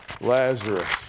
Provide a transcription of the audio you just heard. Lazarus